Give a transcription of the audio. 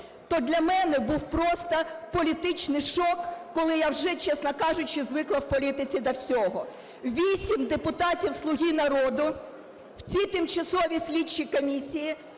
то для мене був просто політичний шок, коли я вже, чесно кажучи, звикла в політиці до всього: 8 депутатів із "Слуги народу" в цій тимчасовій слідчій комісії